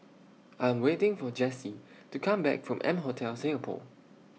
I Am waiting For Jessye to Come Back from M Hotel Singapore